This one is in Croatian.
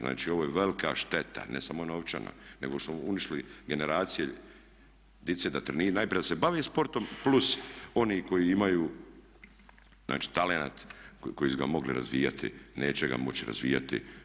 Znači, ovo je velka šteta ne samo novčana, nego su uništili generacije dice da treniraju, najprije da se bave sportom plus oni koji imaju znači talent kojega su mogli razvijati, neće ga moći razvijati.